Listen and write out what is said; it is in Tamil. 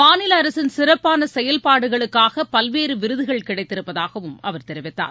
மாநில அரசின் சிறப்பான செயல்பாடுகளுக்காக பல்வேறு விருதுகள் கிடைத்திருப்பதாகவும் அவர் தெரிவித்தார்